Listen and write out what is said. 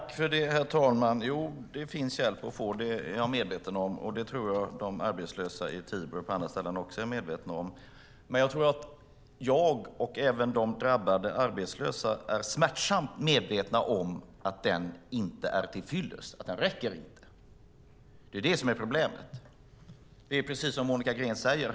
Herr talman! Ja, det finns hjälp att få. Det är jag medveten om, och det tror jag att de arbetslösa i Tibro och på andra ställen också är medvetna om. Men jag och även de drabbade arbetslösa är smärtsamt medvetna om att den hjälpen inte är till fyllest, att den inte räcker. Det är det som är problemet, precis som Monica Green säger.